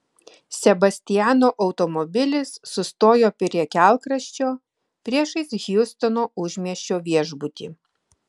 sebastiano automobilis sustojo prie kelkraščio priešais hjustono užmiesčio viešbutį